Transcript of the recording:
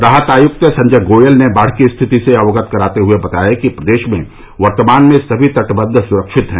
राहत आयुक्त संजय गोयल ने बाढ़ की स्थिति से अवगत कराते हुए बताया कि प्रदेश में वर्तमान में सभी तटबंध सुरक्षित हैं